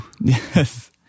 yes